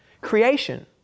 creation